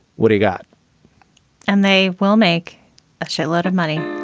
what he got and they will make a lot of money